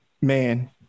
Man